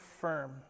firm